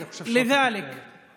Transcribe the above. ואני חושב שלא צריך להפריע לו.